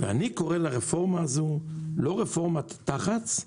אני קורא לרפורמה הזאת לא רפורמת תח"צ,